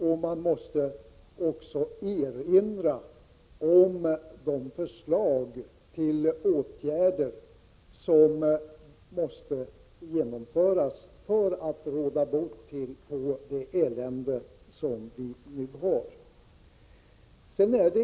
Det är också nödvändigt att erinra om de förslag till åtgärder som måste vidtas för att råda bot på allt elände på detta område.